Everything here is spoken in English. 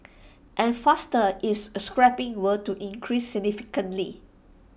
and faster ifs scrapping were to increase significantly